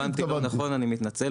א' הבנתי לא נכון אני מתנצל,